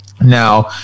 Now